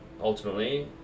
ultimately